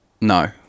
No